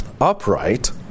upright